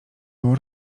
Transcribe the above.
było